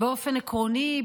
באופן עקרוני,